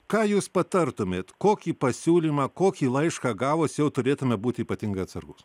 ką jūs patartumėt kokį pasiūlymą kokį laišką gavus jau turėtume būti ypatingai atsargūs